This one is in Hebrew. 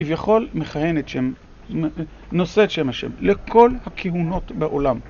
כביכול מכהנת שם, נושאת שם השם לכל הכהונות בעולם.